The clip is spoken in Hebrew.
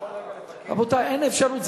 אני יכול לבקש, רבותי, אין אפשרות.